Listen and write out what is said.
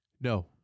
No